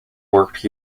worked